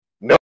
no